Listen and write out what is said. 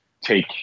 take